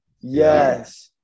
yes